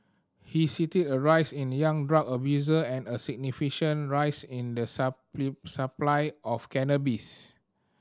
he cited a rise in young drug abuser and a significant rise in the supply of cannabis